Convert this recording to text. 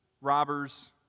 robbers